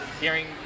hearing